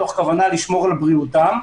מתוך כוונה לשמור על בריאותם.